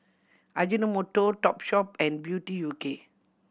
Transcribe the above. Ajinomoto Topshop and Beauty U K